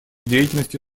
деятельности